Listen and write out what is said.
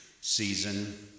season